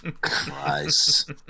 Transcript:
Christ